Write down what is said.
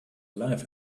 life